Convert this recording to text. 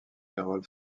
harold